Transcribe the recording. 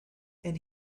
and